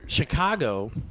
Chicago